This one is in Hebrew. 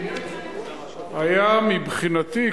מבחינתי,